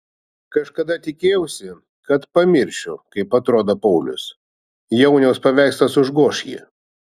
kažkada tikėjausi kad pamiršiu kaip atrodo paulius jauniaus paveikslas užgoš jį